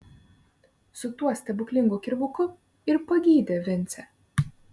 su tuo stebuklingu kirvuku ir pagydė vincę